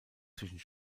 zwischen